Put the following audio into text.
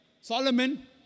Solomon